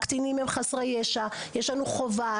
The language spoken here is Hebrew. הקטינים הם חסרי ישע, יש לנו חובה.